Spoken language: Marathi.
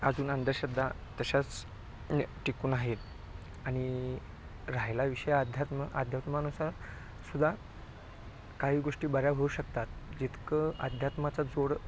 अजून अंधश्रद्धा तशाच म्हणजे टिकून आहेत आणि राहिला विषय अध्यात्म अध्यात्मानुसार सुद्धा काही गोष्टी बऱ्या होऊ शकतात जितकं अध्यात्माचा जोड